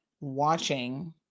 watching